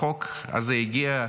החוק הזה הגיע,